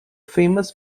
famous